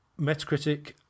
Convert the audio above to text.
Metacritic